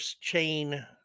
chain